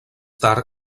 tard